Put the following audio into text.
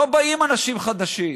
לא באים אנשים חדשים.